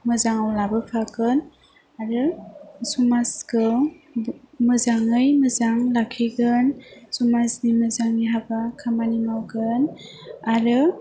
मोजाङाव लाबोफागोन आरो समाजखौ मोजाङै मोजां लाखिगोन समाजनि माोजांनि हाबा खामानि मावगोन आरो